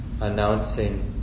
announcing